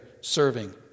serving